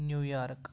New York